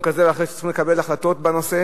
כזה או אחר שצריך לקבל החלטות בנושא.